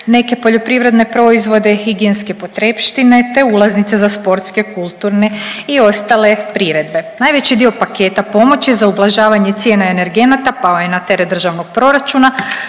neke poljoprivredne proizvode i higijenske potrepštine, te ulaznice za sportske, kulturne i ostale priredbe. Najveći dio paketa pomoći za ublažavanje cijena energenata pao je na teret državnog proračuna,